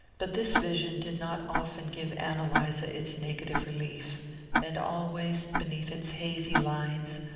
but this vision did not often give ann eliza its negative relief and always, beneath its hazy lines,